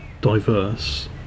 diverse